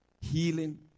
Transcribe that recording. healing